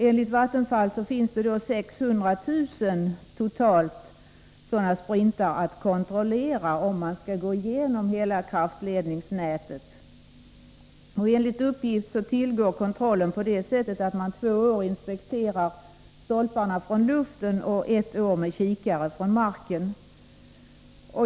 Enligt Vattenfall finns det totalt 600 000 sådana sprintar att kontrollera om man skall gå igenom hela kraftledningsnätet. Enligt uppgift tillgår kontrollen på det sättet att man två år inspekterar stolparna från luften och ett år inspekterar dem med kikare från marken.